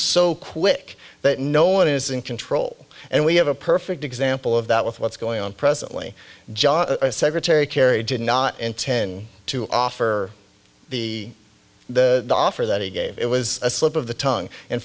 so quick that no one is in control and we have a perfect example of that with what's going on presently john secretary kerry did not intend to offer the the offer that he gave it was a slip of the tongue in